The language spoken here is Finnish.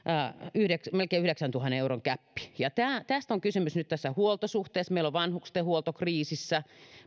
melkein yhdeksäntuhannen euron gäppi tästä on kysymys nyt tässä huoltosuhteessa meillä on vanhustenhuolto kriisissä